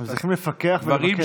הם צריכים לפקח ולבקר.